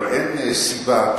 אבל אין סיבה,